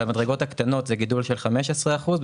במדרגות הקטנות זה גידול של 15 אחוזים.